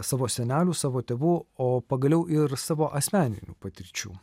savo senelių savo tėvų o pagaliau ir savo asmeninių patirčių